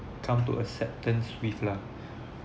come to acceptance with lah